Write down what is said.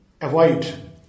avoid